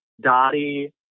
Dottie